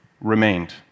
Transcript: remained